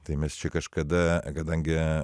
tai mes čia kažkada kadangi